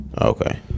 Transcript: Okay